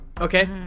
Okay